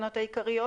לתקנות העיקריות,